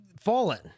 fallen